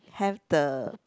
have the